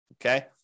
Okay